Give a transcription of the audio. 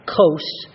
coast